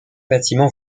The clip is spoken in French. bâtiment